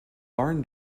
barn